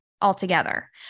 altogether